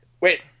wait